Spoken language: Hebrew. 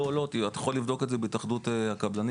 אתה יכול לבדוק את זה בהתאחדות הקבלנים.